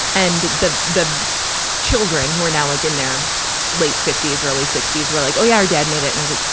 and the, the, the children, who are now like in their late fifty s, early sixty s, were like, oh yeah, our dad made it. and i'm like,